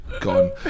gone